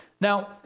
Now